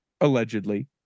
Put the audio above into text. allegedly